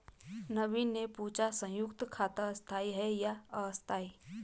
नवीन ने पूछा संयुक्त खाता स्थाई है या अस्थाई